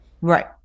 right